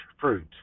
fruit